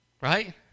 Right